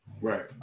Right